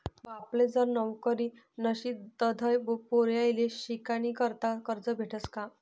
बापले जर नवकरी नशी तधय पोर्याले शिकानीकरता करजं भेटस का?